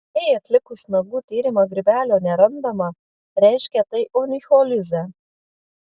jei atlikus nagų tyrimą grybelio nerandama reiškia tai onicholizė